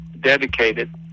dedicated